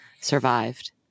survived